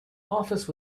office